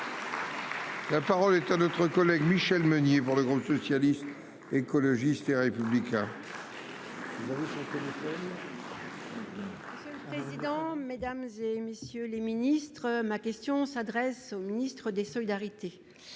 La parole est à notre collègue Michel Meunier pour le groupe socialiste, écologiste et républicain. Mesdames, et messieurs les ministres, ma question s'adresse au ministre des solidarités.